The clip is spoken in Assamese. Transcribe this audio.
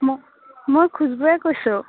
মই মই খুছবোৱে কৈছোঁ